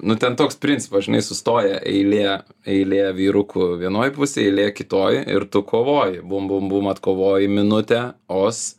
nu ten toks principas žinai sustoja eilė eilė vyrukų vienoj pusėj eilė kitoj ir tu kovoji būm būm būm atkovoji minutė os